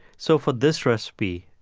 so for this recipe,